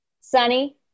Sunny